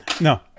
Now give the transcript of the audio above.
No